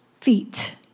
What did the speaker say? feet